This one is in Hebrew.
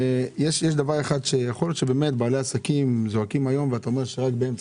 בעלי עסקים זועקים היום ואתה אומר שרק באמצע